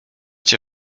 cię